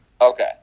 Okay